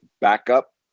backup